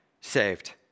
saved